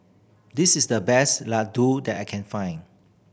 this is the best laddu that I can find